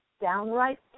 downright